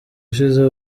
ushize